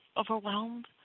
overwhelmed